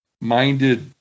minded